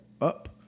up